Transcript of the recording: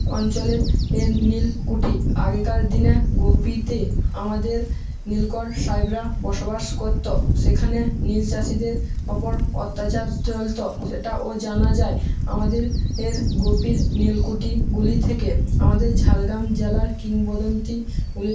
অঞ্চলের এর নীলকুটি আগেকার দিনে গোপীতে আমাদের নীলকর সাহেবরা বসবাস করতো সেখানে নীল চাষিদের ওপর অত্যাচার চলতো সেটাও জানা যায় আমাদের গোপীর নীলকুটিগুলি থেকে আমাদের ঝাড়গ্রাম জেলার কিংবদন্তী গুলির